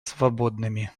свободными